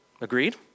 Agreed